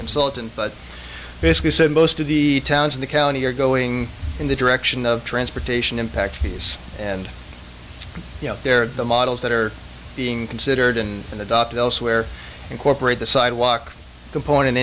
consultant but basically said most of the towns in the county are going in the direction of transportation impact fees and you know they're the models that are being considered and adopted elsewhere incorporate the sidewalk component